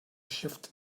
shift